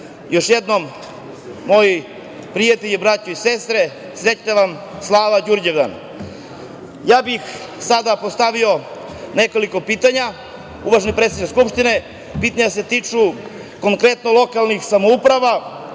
jednom, moji prijatelji, braćo i sestre, srećna vam slava Đurđevdan. Sada bih postavio nekoliko pitanja. Uvaženi predsedniče Skupštine, pitanja se tiču konkretno lokalnih samouprava,